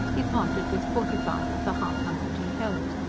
he parted with forty-five of the half hundred he held.